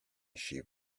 sheep